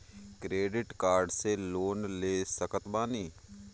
Credit card से loan ले सकत बानी?